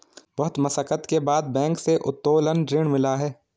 बहुत मशक्कत के बाद बैंक से उत्तोलन ऋण मिला है